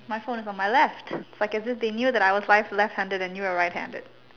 my phone is on my left if I can they knew I was left left handed and you were right handed